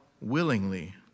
willingly